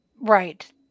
Right